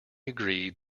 agreed